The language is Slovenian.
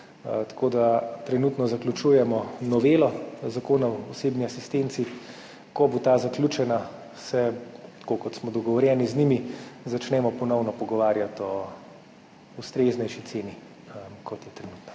tako da trenutno zaključujemo novelo Zakona o osebni asistenci. Ko bo ta zaključena, se, tako kot smo dogovorjeni, z njimi začnemo ponovno pogovarjati o ustreznejši ceni, kot je trenutna.